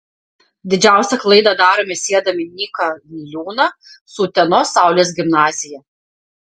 didžiausią klaidą darome siedami nyką niliūną su utenos saulės gimnazija